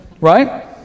Right